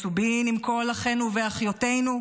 מסובין עם כל אחינו ואחיותינו,